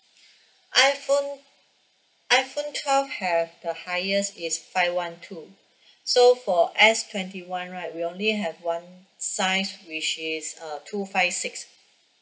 iphone iphone twelve have the highest is five one two so for S twenty one right we only have one size which is uh two five six